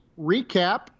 recap